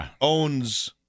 owns